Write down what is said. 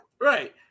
Right